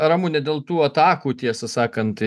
ramune dėl tų atakų tiesą sakant